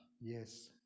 Yes